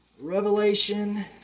Revelation